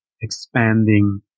expanding